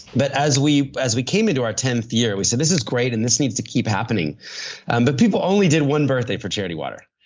but as we as we came into our tenth year, we said this is great and this needs to keep happening and but people only did one birthday for charity water.